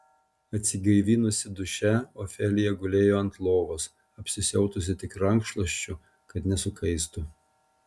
atsigaivinusi duše ofelija gulėjo ant lovos apsisiautusi tik rankšluosčiu kad nesukaistų